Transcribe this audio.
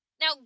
Now